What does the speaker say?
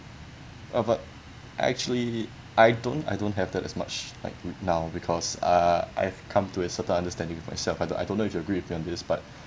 uh but actually I don't I don't have that as much like now because uh I've come to a certain understanding with myself I don't I don't know if you agree with me on this but